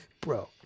bro